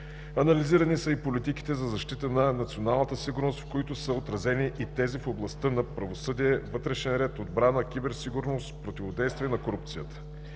Анализирани са и политиките за защита на националната сигурност, в които са отразени и тези в областта на правосъдие, вътрешен ред, отбрана, киберсигурност, противодействие на корупцията.